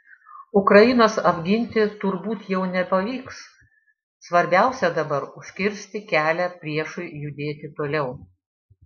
ukrainos apginti turbūt jau nepavyks svarbiausia dabar užkirsti kelią priešui judėti toliau